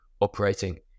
operating